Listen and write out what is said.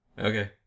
okay